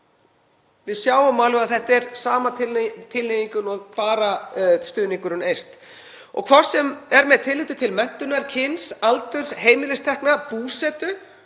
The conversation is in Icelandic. við sjáum alveg að þetta er sama tilhneigingin og stuðningurinn bara eykst, hvort sem er með tilliti til menntunar, kyns, aldurs, heimilistekna, búsetu,